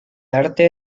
arte